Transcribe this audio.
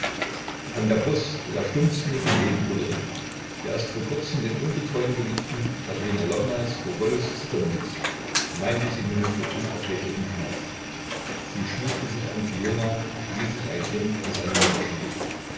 an der brust der stumpfsinnigen nebenbuhlerin die erst vor kurzem den ungetreuen geliebten katerina lwownas vor wollust zittern ließ weinte sie nun vor unerträglichem schmerz sie schmiegte sich an fiona wie sich ein kind an seine mutter schmiegt